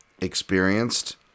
experienced